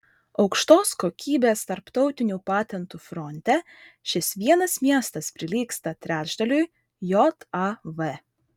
aukštos kokybės tarptautinių patentų fronte šis vienas miestas prilygsta trečdaliui jav